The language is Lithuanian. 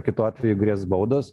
kitu atveju grės baudos